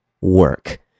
work